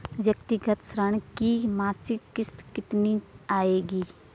व्यक्तिगत ऋण की मासिक किश्त कितनी आएगी?